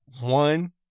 One